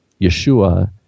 Yeshua